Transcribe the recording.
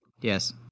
yes